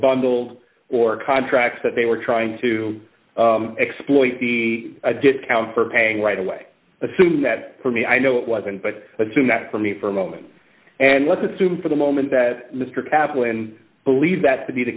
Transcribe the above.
bundled or contracts that they were trying to exploit be a discount for paying right away assume that for me i know it wasn't but assume that for me for a moment and let's assume for the moment that mr kaplan believe that to be the